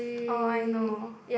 orh I know